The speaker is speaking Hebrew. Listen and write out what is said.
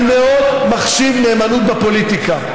אני מאוד מחשיב נאמנות בפוליטיקה.